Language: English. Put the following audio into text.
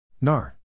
NAR